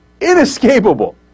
inescapable